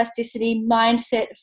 mindset